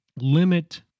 limit